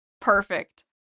Perfect